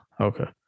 Okay